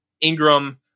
Ingram